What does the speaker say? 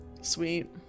sweet